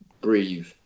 breathe